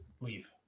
leave